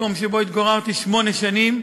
מקום שבו התגוררתי שמונה שנים.